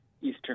eastern